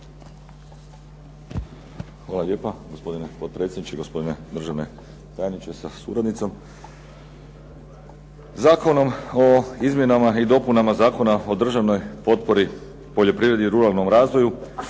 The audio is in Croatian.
Hvala lijepa gospodine potpredsjedniče, gospodine državni tajniče sa suradnicom. Zakonom o izmjenama i dopunama Zakona o državnoj potpori poljoprivredi i ruralnom razvoju